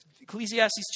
Ecclesiastes